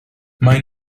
mae